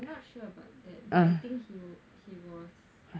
I'm not sure about that but I think he he was